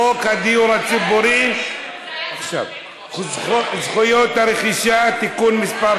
הצעת חוק הדיור הציבורי (זכויות רכישה) (תיקון מס'